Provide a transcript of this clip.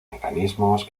mecanismos